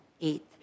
eight